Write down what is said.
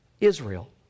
Israel